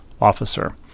officer